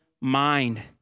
mind